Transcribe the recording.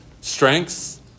strengths